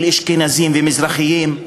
של אשכנזים ומזרחים,